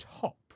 top